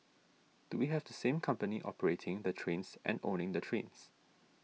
do we have the same company operating the trains and owning the trains